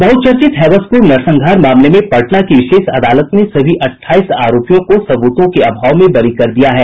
बहुचर्चित हैबसपुर नरसंहार मामले में पटना की विशेष अदालत ने सभी अटठाईस आरोपियों को सबूतों के अभाव में बरी कर दिया है